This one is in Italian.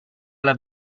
alla